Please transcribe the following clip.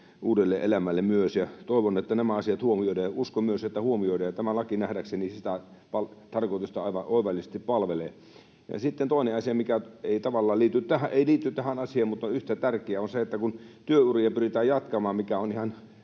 uudelle elämälle, ja toivon, että nämä asiat huomioidaan — ja myös uskon, että huomioidaan. Tämä laki nähdäkseni sitä tarkoitusta aivan oivallisesti palvelee. Sitten toinen asia, mikä ei liity tähän asiaan mutta on yhtä tärkeä, on se, että kun työuria pyritään jatkamaan — mikä on ihan